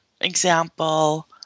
example